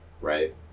right